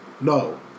No